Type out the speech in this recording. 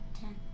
Ten